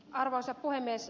arvoisa puhemies